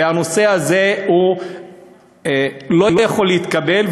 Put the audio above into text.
והנושא הזה לא יכול להתקבל.